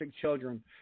children